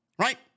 Right